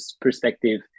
perspective